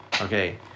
okay